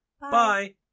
Bye